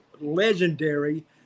legendary